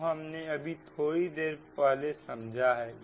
जिसको हमने अभी थोड़ी देर पहले समझा है